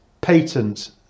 patent